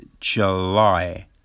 July